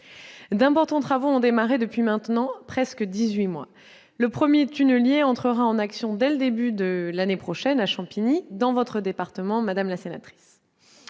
D'importants travaux ont démarré depuis maintenant près de dix-huit mois. Le premier tunnelier entrera en action dès le début de l'année prochaine à Champigny-sur-Marne, dans votre département, madame la sénatrice.